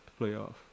playoff